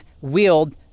wield